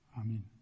Amen